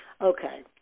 Okay